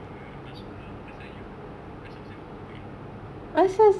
ya tak suka ah makan sayur rasa macam rumput gitu like